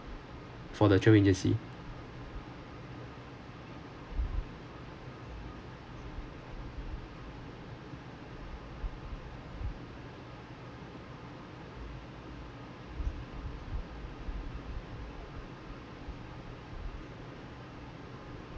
the travel agency